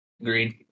Agreed